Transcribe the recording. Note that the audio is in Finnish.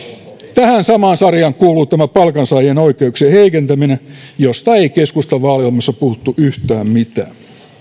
tähän samaan sarjaan kuuluu tämä palkansaajien oikeuksien heikentäminen josta ei keskustan vaaliohjelmassa puhuttu yhtään mitään